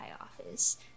office